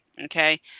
Okay